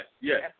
yes